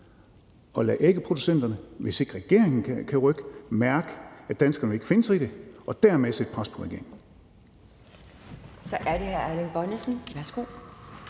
at lade ægproducenterne mærke – hvis ikke regeringen kan rykke – at danskerne ikke vil finde sig i det, og dermed kan vi lægge pres på regeringen.